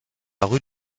rue